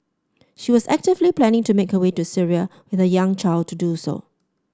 she was actively planning to make her way to Syria with her young child to do so